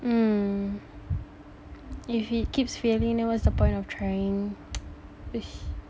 mm if it keeps failing then what's the point of trying !hais!